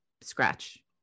scratch